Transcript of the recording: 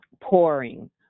pouring